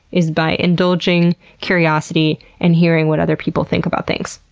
is by indulging curiosity and hearing what other people think about things.